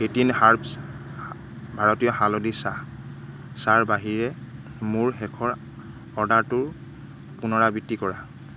eighteen herbs হা ভাৰতীয় হালধি চাহ চাৰ বাহিৰে মোৰ শেষৰ অৰ্ডাৰটো পুনৰাবৃত্তি কৰা